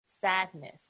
sadness